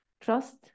trust